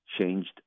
changed